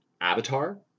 avatar